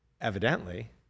Evidently